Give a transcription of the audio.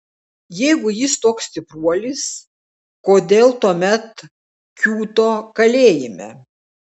jeigu jis toks stipruolis kodėl tuomet kiūto kalėjime